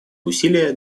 усилия